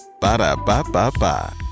Ba-da-ba-ba-ba